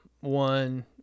One